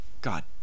God